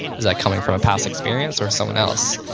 is that coming from a past experience or someone else?